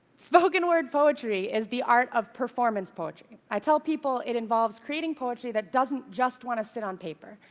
spoken-word poetry is the art of performance poetry. i tell people it involves creating poetry that doesn't just want to sit on paper,